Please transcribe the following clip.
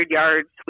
yards